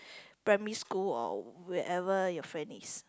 primary school or wherever your friend is